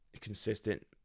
consistent